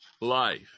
life